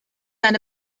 eine